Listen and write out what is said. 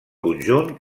conjunt